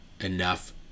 enough